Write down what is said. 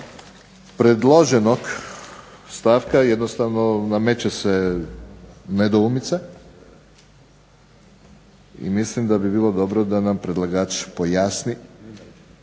predloženog stavka, jednostavno nameće se nedoumica i mislim da bi bilo dobro da nam predlagač pojasni